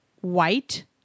white